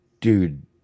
Dude